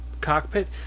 cockpit